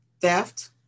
theft